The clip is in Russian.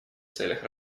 целях